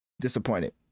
disappointed